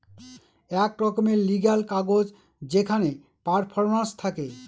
এক রকমের লিগ্যাল কাগজ যেখানে পারফরম্যান্স থাকে